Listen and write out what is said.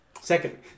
second